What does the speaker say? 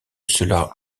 cela